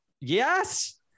yes